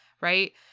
right